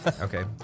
Okay